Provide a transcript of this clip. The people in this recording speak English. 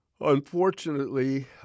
Unfortunately